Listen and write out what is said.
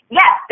yes